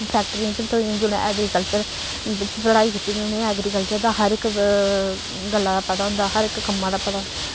फैक्ट्रियें च बी थ्होई जंदी जि'नें ऐग्रीकल्चर बिच्च पढ़ाई कीती दी उ'नें ई ऐग्रीकल्चर दा हर इक गल्ला दा पता होंदा हर इक कम्मा दा पता होंदा